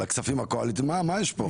על הכספים הקואליציוניים מה יש פה?